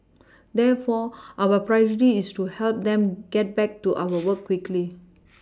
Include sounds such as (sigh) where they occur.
(noise) therefore our Priority is to help them get back to our work (noise) quickly